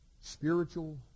spiritual